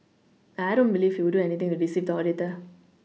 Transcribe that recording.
I don't believe he would do anything to deceive the auditor